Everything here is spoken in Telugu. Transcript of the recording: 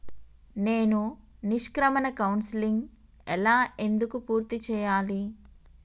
నేను నిష్క్రమణ కౌన్సెలింగ్ ఎలా ఎందుకు పూర్తి చేయాలి?